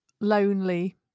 lonely